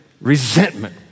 resentment